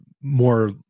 more